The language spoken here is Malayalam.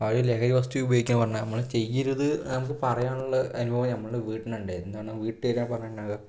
അവര് ലഹരി വസ്തു ഉപയോഗിക്കാൻ പറഞ്ഞാൽ നമ്മള് ചെയ്യരുത് നമുക്ക് പറയാനുള്ള അനുഭവം നമ്മുടെ വീട്ടിലുണ്ടായിരുന്നു എന്താണ് വീട്ട്കാര് പറഞ്ഞിട്ടുണ്ടാവുക